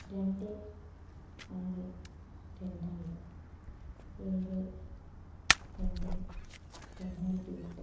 രണ്ട് ആറ് രണ്ടായിരം ഏഴ് രണ്ട് രണ്ടായിരത്തി എട്ട്